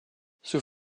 sous